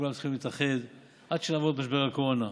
כולם צריכים להתאחד עד שנעבור את משבר הקורונה.